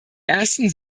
ersten